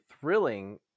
thrilling